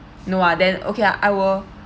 no uh then okay I will